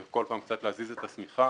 וכל פעם קצת להזיז את השמיכה,